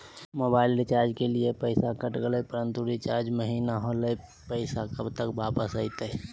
Mobile recharge के लिए पैसा कट गेलैय परंतु रिचार्ज महिना होलैय, पैसा कब तक वापस आयते?